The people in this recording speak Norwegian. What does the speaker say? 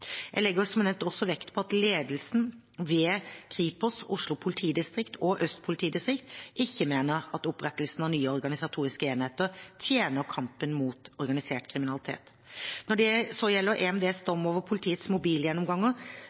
Jeg legger som nevnt også vekt på at ledelsen ved Kripos, Oslo politidistrikt og Øst politidistrikt ikke mener at opprettelse av nye organisatoriske enheter tjener kampen mot organisert kriminalitet. Når det så gjelder EMDs dom om politiets mobilgjennomganger,